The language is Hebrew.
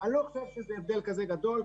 אני לא חושב שזה הבדל כזה גדול,